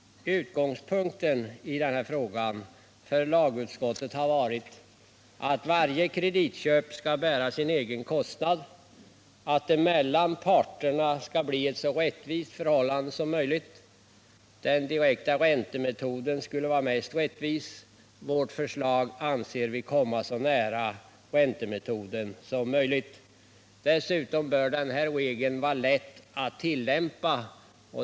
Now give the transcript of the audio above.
I denna fråga har utgångspunkten för lagutskottet varit att varje kreditköp skall bära sin egen kostnad och att det mellan parterna skall bli ett så rättvist förhållande som möjligt. Den direkta räntemetoden skulle vara mest rättvis. Vårt förslag anser vi komma så nära räntemetoden som möjligt. Dessutom bör denna regel vara lätt att tillämpa.